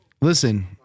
Listen